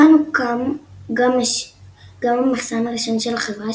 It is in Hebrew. כאן הוקם גם ה"מחסן" הראשון של החברה,